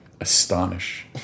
astonish